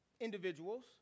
individuals